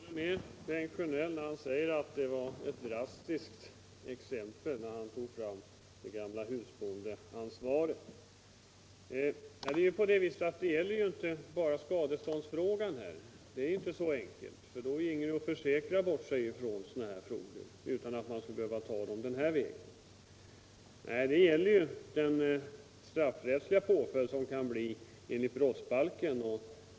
Herr talman! Jag håller med Bengt Sjönell när han säger att det är ett drastiskt exempel att ta fram det gamla husbondeansvaret. Det gäller ju inte bara skadeståndsfrågan här. Så enkelt är det inte, för då kunde man försäkra bort sådana här problem utan att behöva gå över riksdagen. Det gäller här den straffrättsliga påföljd som det kan bli enligt brottsbalken.